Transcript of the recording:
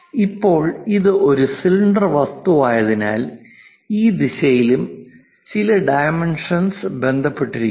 ഇപ്പോൾ ഇത് ഒരു സിലിണ്ടർ വസ്തുവായതിനാൽ ഈ ദിശയിലും ചില ഡൈമെൻഷൻസ് ബന്ധപ്പെട്ടിരിക്കുന്നു